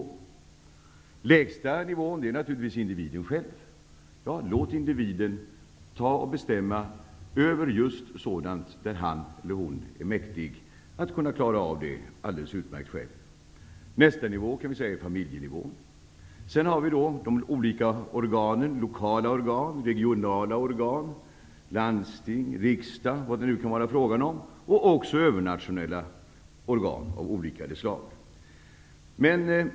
Den lägsta nivån är naturligtvis individen själv. Låt individen bestämma över sådant som han eller hon är mäktig att klara av själv. Nästa nivå är familjen. Sedan har vi de olika organen på lokal och regional nivå, landsting, riksdag m.m. Det finns även övernationella organ av olika slag.